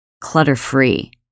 clutter-free